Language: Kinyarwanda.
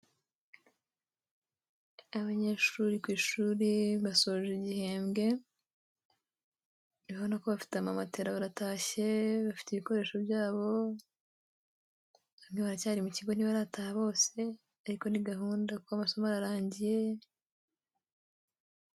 Abanyeshuri ku ishuri basoje igihembwe, ubona ko bafite amamatera baratashye, bafite ibikoresho byabo bamwe baracyari mu kigo ntibarataha bose, ariko ni gahunda kuko amasomo yarangiye.